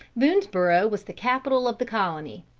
boonesborough was the capital of the colony.